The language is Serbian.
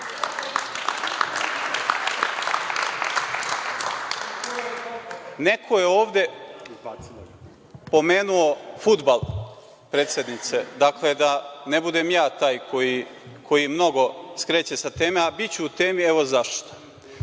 je ovde pomenuo fudbal, predsednice, da ne budem ja taj koji mnogo skreće sa teme, a biću u temi evo zašto.